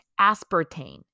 aspartame